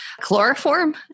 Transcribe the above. chloroform